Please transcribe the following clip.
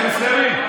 כן, 12 ימים.